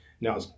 now